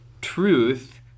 truth